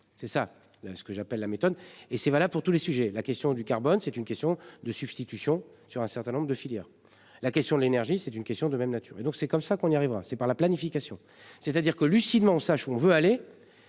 c'est ça ce que j'appelle la méthode et c'est valable pour tous les sujets. La question du carbone. C'est une question de substitution sur un certain nombre de filières. La question de l'énergie. C'est une question de même nature et donc c'est comme ça qu'on y arrivera, c'est par la planification, c'est-à-dire que lucidement sache où on veut aller.